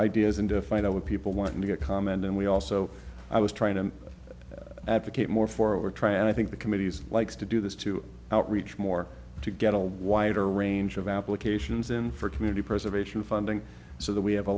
in to find out what people want to get comment and we also i was trying to advocate more for our try and i think the committees likes to do this to outreach more to get a wider range of applications in for community preservation funding so that we